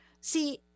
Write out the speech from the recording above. See